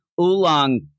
Oolong